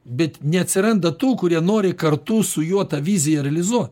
bet neatsiranda tų kurie nori kartu su juo tą viziją realizuot